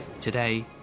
Today